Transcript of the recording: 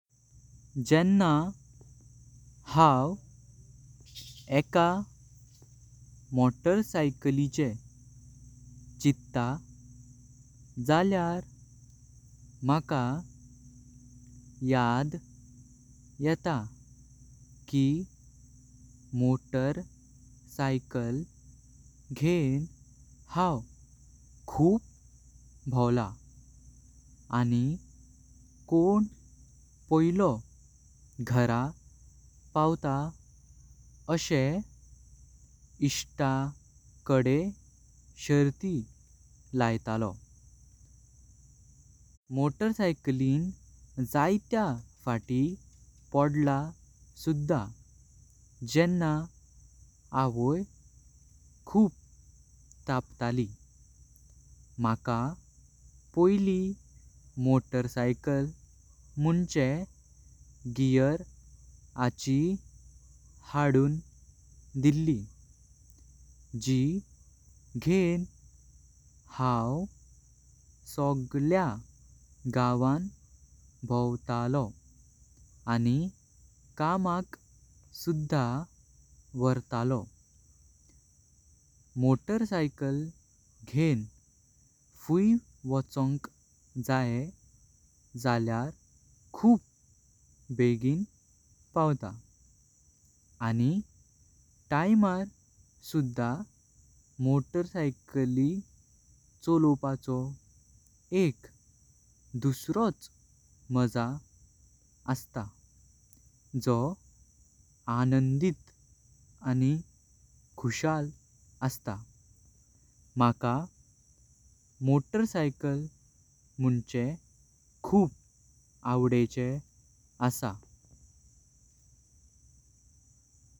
जेनना हांव एका मोटरसायकलिचे चित्त जाल्यार माका याद येता। कि मोटरसायकल घेण हांव खूप भावला आनि कोण पॉयलो घर पावत। आसे इष्टा कडे शार्ती लयतलो, सायकलिंग जात्या फाटी पडला सुदा जेनना आवोई खूप तप्तली। माका पयली मोटरसायकल म्हणजे गेअर आची हादुन दिल्ली जी घेण हांव सगलया गावान भावतलो। आनि कामाक सुदा वर्तलो, बायसायकल घेण फुई वोचोंक जाय जाल्यार खूप बेगिन पावत। आनि तिमार पावत मोटरसायकल्स चोलोपाचो एक दुसरोच मजा असता जो आनंदी आनि खुशाल असता। माका बायसायकल म्हणजे खूप आवडचे आसा।